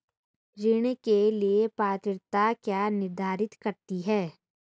ऋण के लिए पात्रता क्या निर्धारित करती है?